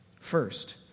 First